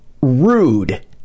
rude